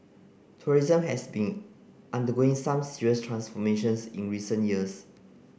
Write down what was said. tourism has been undergoing some serious transformations in recent years